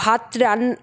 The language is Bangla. ভাত রান্না